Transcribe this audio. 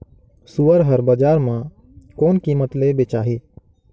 सुअर हर बजार मां कोन कीमत ले बेचाही?